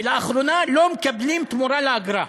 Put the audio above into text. ולאחרונה לא מקבלים תמורה לאגרה,